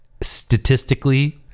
statistically